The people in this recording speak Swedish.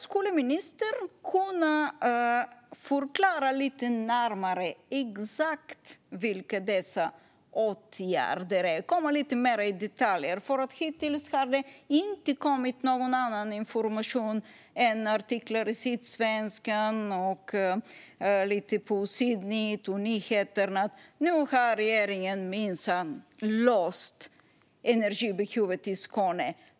Skulle ministern kunna förklara lite närmare exakt vilka dessa åtgärder är och komma med lite mer detaljer? Hittills har det inte kommit någon annan information än artiklar i Sydsvenskan och lite på Sydnytt och nyheterna om att regeringen nu minsann har löst energibehovet i Skåne.